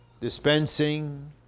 dispensing